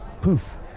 poof